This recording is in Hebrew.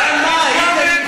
כמה הייתם,